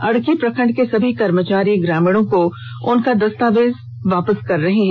अडकी प्रखंड के सभी कर्मचारी ग्रामीणों को उनका दस्तावेज वापस कर रहे हैं